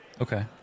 Okay